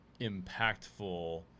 impactful